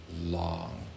long